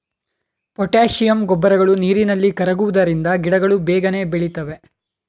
potassium ಗೊಬ್ಬರಗಳು ನೀರಿನಲ್ಲಿ ಕರಗುವುದರಿಂದ ಗಿಡಗಳು ಬೇಗನೆ ಬೆಳಿತವೆ